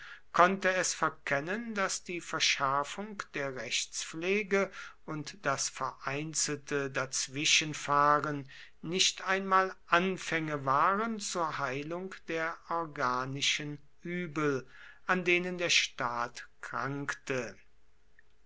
konnte es verkennen daß die verschärfung der rechtspflege und das vereinzelte dazwischenfahren nicht einmal anfänge waren zur heilung der organischen übel an denen der staat krankte